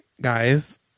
guys